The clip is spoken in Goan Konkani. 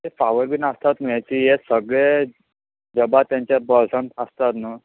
ते फावर बी आसतात नी एक्च्यूली हे सगळ्या जॉबा तेंचे बॉलसांत आसतात नू